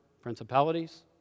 Principalities